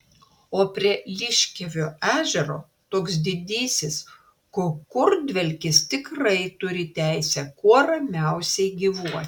o prie liškiavio ežero toks didysis kukurdvelkis tikrai turi teisę kuo ramiausiai gyvuoti